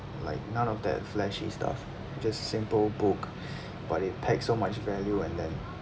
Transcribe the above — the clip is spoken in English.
like none of that flashy stuff just a simple book but it packed so much value and then